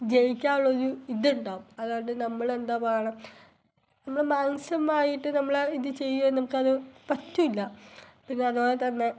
ജയിക്കാനുള്ള ഒരു ഇതുണ്ടാകും അതുകൊണ്ട് നമ്മൾ എന്ത് വേണം നമ്മൾ മാനസികമായിട്ട് നമ്മളെ ഇത് ചെയ്യുമ്പോൾ നമുക്കത് പറ്റില്ല പിന്നെ അതുപോലെ തന്നെ